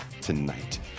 tonight